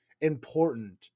important